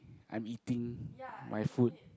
I'm eating my food